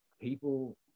people